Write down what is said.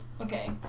Okay